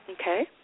Okay